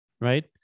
Right